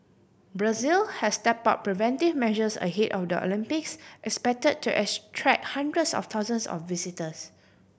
Brazil has step up preventive measures ahead of the Olympics expect to attract hundreds of thousands of visitors